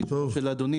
את האישור של אדוני,